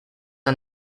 are